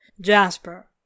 Jasper